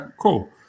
cool